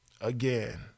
again